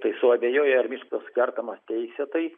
tai suabejoji ar miškas kertamas teisėtai